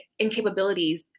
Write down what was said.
incapabilities